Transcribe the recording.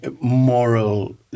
Moral